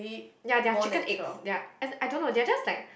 ya they are chicken eggs they are and I don't know they are just like